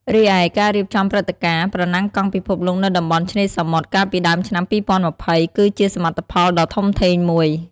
រីឯ ការរៀបចំព្រឹត្តិការណ៍ «ប្រណាំងកង់ពិភពលោកនៅតំបន់ឆ្នេរសមុទ្រ» កាលពីដើមឆ្នាំ ២០២០ គឺជាសមិទ្ធផលដ៏ធំធេងមួយ។